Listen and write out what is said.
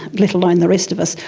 let alone the rest of us,